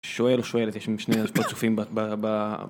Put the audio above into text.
שואל/שואלת, יש שני פרצופים ב...